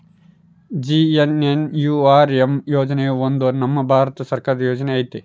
JNNURM ಯೋಜನೆ ಒಂದು ನಮ್ ಭಾರತ ಸರ್ಕಾರದ ಯೋಜನೆ ಐತಿ